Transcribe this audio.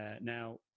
now